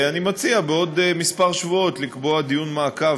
אני מציע בעוד שבועות מספר לקבוע דיון מעקב